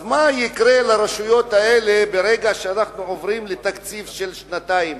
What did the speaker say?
אז מה יקרה לרשויות האלה ברגע שאנחנו עוברים לתקציב של שנתיים?